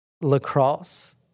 lacrosse